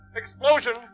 explosion